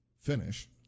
finish